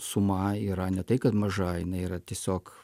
suma yra ne tai kad maža jinai yra tiesiog